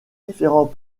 différents